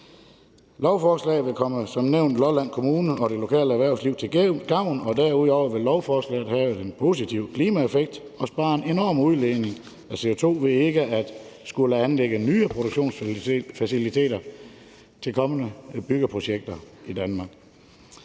Lovforslaget kommer som nævnt Lolland Kommune og det lokale erhvervsliv til gavn, og derudover vil lovforslaget have en positiv klimaeffekt og spare en enorm udledning af CO2, ved at man ikke skal anlægge nye produktionsfaciliteter til kommende byggeprojekter i Danmark.